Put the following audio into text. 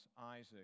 Isaac